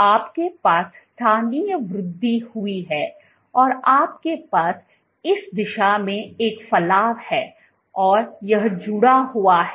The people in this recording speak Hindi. आपके पास स्थानीय वृद्धि हुई है और आपके पास इस दिशा में एक फलाव है और यह जुड़ा हुआ है